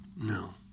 No